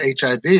HIV